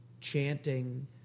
chanting